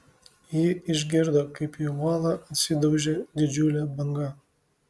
ji išgirdo kaip į uolą atsidaužė didžiulė banga